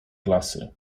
klasy